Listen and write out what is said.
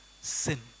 sin